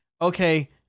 okay